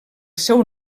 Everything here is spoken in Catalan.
seu